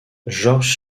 georges